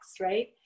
right